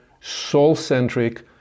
soul-centric